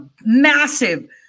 massive